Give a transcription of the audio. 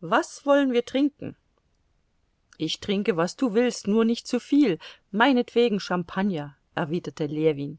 was wollen wir trinken ich trinke was du willst nur nicht zuviel meinetwegen champagner erwiderte ljewin